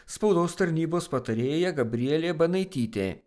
spaudos tarnybos patarėja gabrielė banaitytė